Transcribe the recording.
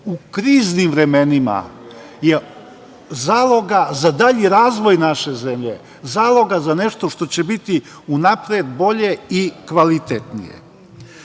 u kriznim vremenima je zaloga za dalji razvoj naše zemlje, zaloga za nešto što će biti unapred bolje i kvalitetnije.